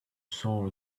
saw